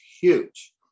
huge